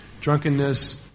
Drunkenness